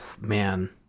Man